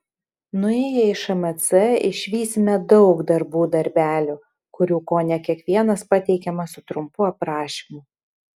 nuėję į šmc išvysime daug darbų darbelių kurių kone kiekvienas pateikiamas su trumpu aprašymu